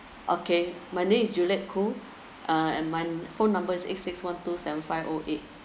okay my name is juliet khoo uh and my phone numbe is eight six one two seven five O eight